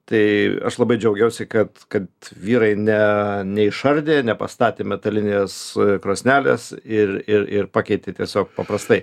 tai aš labai džiaugiausi kad kad vyrai ne neišardė ir nepastatė metalinės krosnelės ir ir ir pakeitė tiesiog paprastai